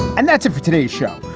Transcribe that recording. and that's it for today's show,